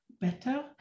better